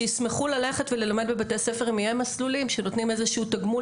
שישמחו ללכת ללמד בבתי ספר אם יהיו מסלולים שנותנים תגמול